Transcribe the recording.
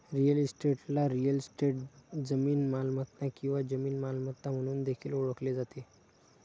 real इस्टेटला real estate, जमीन मालमत्ता किंवा जमीन मालमत्ता म्हणून देखील ओळखले जाते